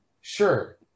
sure